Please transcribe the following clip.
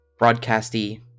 broadcasty